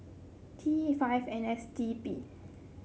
T five N S D P